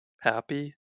happy